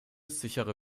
sichere